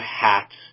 hats